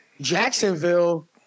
Jacksonville